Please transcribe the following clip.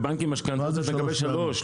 בבנקים למשכנתאות אתה מקבל שלושה,